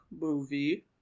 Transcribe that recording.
movie